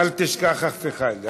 אל תשכח אף אחד.